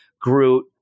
Groot